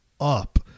up